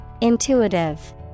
Intuitive